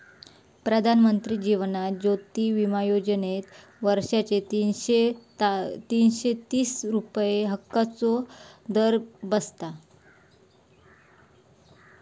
प्रधानमंत्री जीवन ज्योति विमा योजनेत वर्षाचे तीनशे तीस रुपये हफ्त्याचो दर बसता